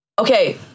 Okay